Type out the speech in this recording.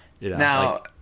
Now